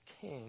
king